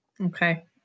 Okay